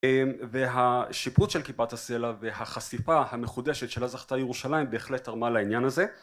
והשיפוץ של כיפת הסלע והחשיפה המחודשת שלה זכתה ירושלים בהחלט תרמה לעניין הזה